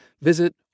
visit